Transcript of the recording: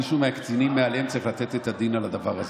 מישהו מהקצינים מעליהם צריך לתת את הדין על הדבר הזה.